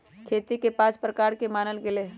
खेती के पाँच प्रकार के मानल गैले है